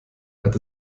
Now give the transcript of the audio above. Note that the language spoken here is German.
hat